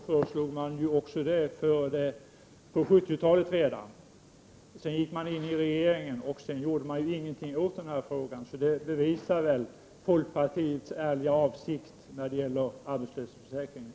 Fru talman! Ja, också det förslaget lade ni fram redan på 70-talet. Men sedan gick ni in i regeringen och gjorde ingenting åt frågan. Det visar väl hur det är ställt med folkpartiets ärliga avsikt när det gäller arbetslöshetsförsäkringen.